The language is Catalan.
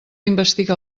investiga